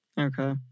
Okay